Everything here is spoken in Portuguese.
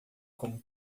como